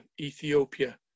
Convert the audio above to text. Ethiopia